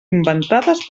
inventades